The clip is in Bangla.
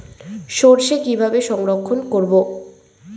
সরষে কিভাবে সংরক্ষণ করব?